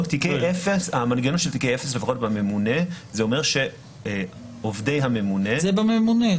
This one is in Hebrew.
בתיקי אפס המנגנון אומר שעובדי הממונה --- זה בממונה,